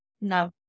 No